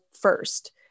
first